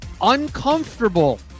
uncomfortable